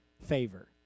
favor